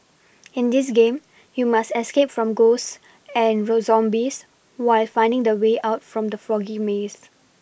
in this game you must escape from ghosts and the zombies while finding the way out from the foggy maze